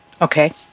Okay